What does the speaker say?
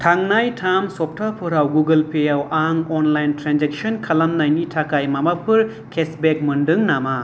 थांनाय थाम सप्ताफोराव गुगोल पेयाव आं अनलाइन ट्रेन्जेकसन खालामनायनि थाखाय माबाफोर केसबेक मोन्दों नामा